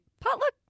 Potluck